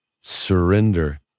surrender